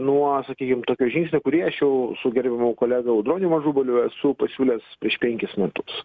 nuo sakykim tokio žingsnio kurį aš jau su gerbiamu kolega audronium ažubaliu esu pasiūlęs prieš penkis metus